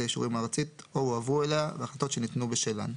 האישורים הארצית או הועברו אליה והחלטות שניתנו בשלן.